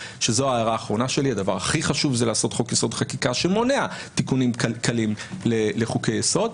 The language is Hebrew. הדבר הכי חשוב זה לעשות חוק יסוד חקיקה שמונע תיקונים לחוקי יסוד,